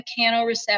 mechanoreceptors